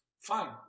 fine